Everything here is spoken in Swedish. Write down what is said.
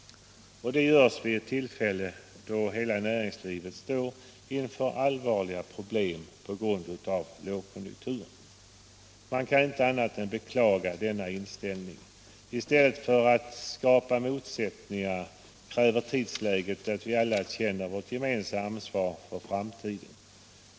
Och detta görs vid ett tillfälle då hela näringslivet står inför allvarliga problem på grund av lågkonjunkturen. Man kan inte annat än beklaga denna inställning. I stället för att skapa motsättningar kräver tidsläget att vi alla känner vårt ge Allmänpolitisk debatt Allmänpolitisk debatt mensamma ansvar för framtiden.